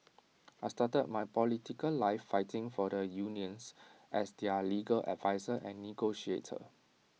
I started my political life fighting for the unions as their legal adviser and negotiator